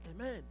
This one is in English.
amen